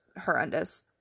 horrendous